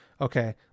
okay